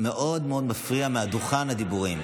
מאוד מאוד מפריעים הדיבורים.